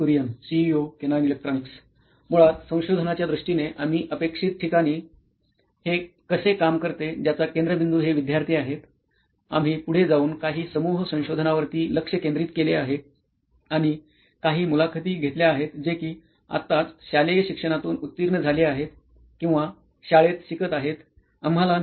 Nitin Kurian COO Canine Electronics मुळात संशोधनाच्या दृष्टीने आम्ही अपेक्षित ठिकाणी हे कसे काम करते ज्याचा केंद्रबिंदू हे विद्यार्थी आहेत आम्ही पुढे जाऊन काही समूह संशोधनावरती लक्ष केंद्रित केले आहे आणि काही मुलाखती घेतल्या आहेत जे कि आताच शालेय शिक्षणातून उत्तीर्ण झाले आहेत किंवा शाळेत शिकत आहेत